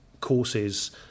courses